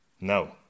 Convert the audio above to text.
No